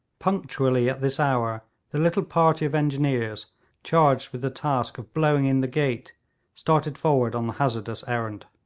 punctually at this hour the little party of engineers charged with the task of blowing in the gate started forward on the hazardous errand.